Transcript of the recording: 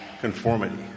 conformity